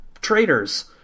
traitors